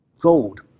Gold